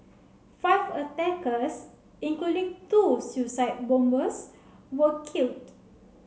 five attackers including two suicide bombers were killed